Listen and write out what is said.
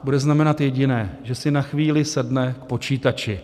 Bude znamenat jediné: že si na chvíli sedne k počítači.